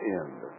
end